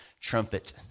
trumpet